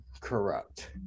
corrupt